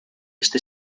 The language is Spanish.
este